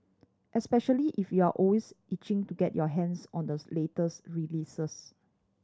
especially if you're always itching to get your hands on the latest releases